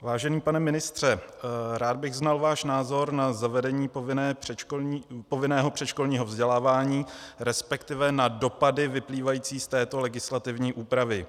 Vážený pane ministře, rád bych znal váš názor na zavedení povinného předškolního vzdělávání, respektive na dopady vyplývající z této legislativní úpravy.